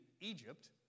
Egypt